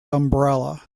umbrella